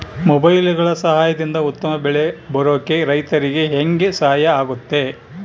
ಮೊಬೈಲುಗಳ ಸಹಾಯದಿಂದ ಉತ್ತಮ ಬೆಳೆ ಬರೋಕೆ ರೈತರಿಗೆ ಹೆಂಗೆ ಸಹಾಯ ಆಗುತ್ತೆ?